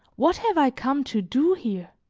what have i come to do here?